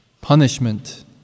punishment